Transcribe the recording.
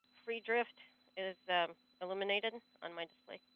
redrift is illuminated on my display.